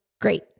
great